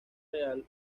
real